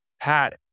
Pat